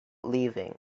leaving